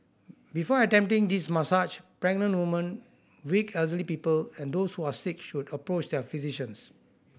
before attempting this massage pregnant women weak elderly people and those who are sick should approach their physicians